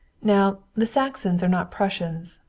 now the saxons are not prussians,